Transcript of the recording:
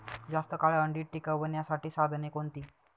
जास्त काळ अंडी टिकवण्यासाठी साधने कोणती?